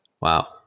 Wow